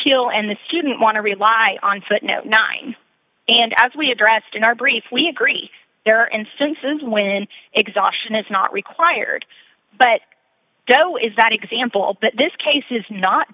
kill and the student want to rely on footnote nine and as we addressed in our brief we agree there are instances when exhaustion is not required but joe is that example but this case is not